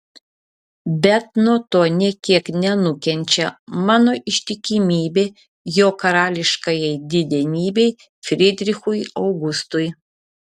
bet nuo to nė kiek nenukenčia mano ištikimybė jo karališkajai didenybei frydrichui augustui